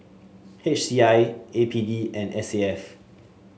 H C I A P D and S A F